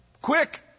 quick